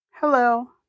Hello